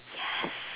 yes